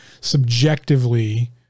subjectively